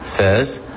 says